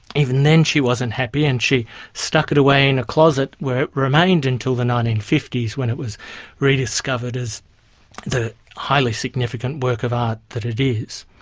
even then she wasn't happy, and she stuck it away in the closet where it remained until the nineteen fifty s when it was rediscovered as the highly significant work of art that it is.